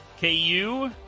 KU